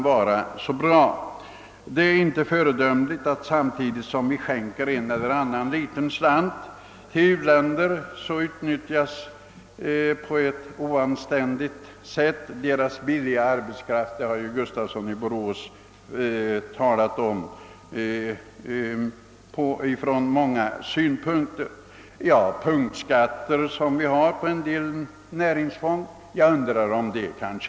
Inte heller är det föredömligt att på ett oanständigt sätt utnyttja u-ländernas billiga arbetskraft, samtidigt som vi skänker en liten slant till dessa länder. Den saken har herr Gustafsson i Borås redan utförligt talat om. Vad sedan punktskatterna angår undrar jag om de är så lyckliga för vårt näringsliv.